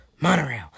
monorail